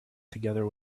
together